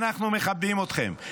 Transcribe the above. אנחנו מכבדים אתכם,